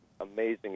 amazing